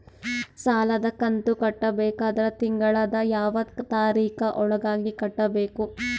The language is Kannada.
ಸಾಲದ ಕಂತು ಕಟ್ಟಬೇಕಾದರ ತಿಂಗಳದ ಯಾವ ತಾರೀಖ ಒಳಗಾಗಿ ಕಟ್ಟಬೇಕು?